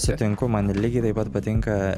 sutinku man lygiai taip pat patinka